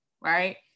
right